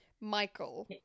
Michael